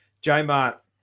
J-Mart